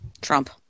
Trump